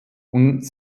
und